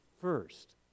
first